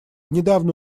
недавно